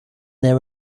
there